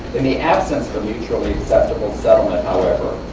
in the absence of a mutually acceptable settlement, however,